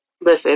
listen